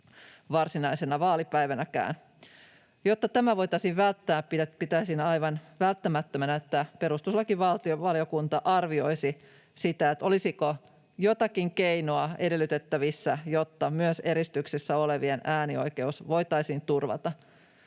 varsinaisena vaalipäivänäkään. Jotta tämä voitaisiin välttää, pitäisin aivan välttämättömänä, että perustuslakivaliokunta arvioisi sitä, olisiko jotakin keinoa edellytettävissä, jotta myös eristyksessä olevien äänioikeus voitaisiin turvata.